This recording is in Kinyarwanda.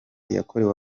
yakorewe